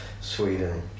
Sweden